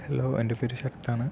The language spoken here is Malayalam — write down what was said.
ഹലോ എൻ്റെ പേര് ശരത്താണ്